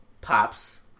Pops